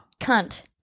Cunt